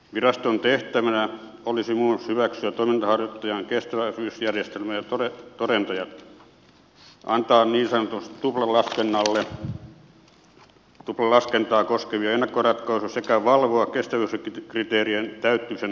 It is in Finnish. viraston tehtävänä olisi muun muassa hyväksyä toiminnanharjoittajan kestävyysjärjestelmä ja todentajat antaa niin sanottua tuplalaskentaa koskevia ennakkoratkaisuja sekä valvoa kestävyyskriteerien täyttymisen osoittamista